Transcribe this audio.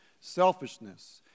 selfishness